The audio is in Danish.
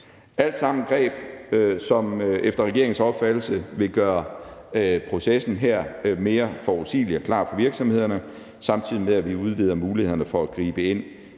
alt sammen greb, som efter regeringens opfattelse vil gøre processen her mere forudsigelig og klar for virksomhederne, samtidig med at vi udvider mulighederne for at gribe ind,